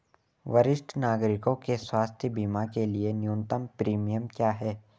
वरिष्ठ नागरिकों के स्वास्थ्य बीमा के लिए न्यूनतम प्रीमियम क्या है?